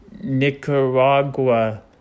Nicaragua